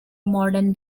modern